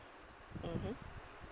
mmhmm